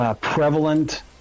Prevalent